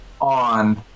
on